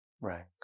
Right